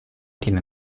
tiene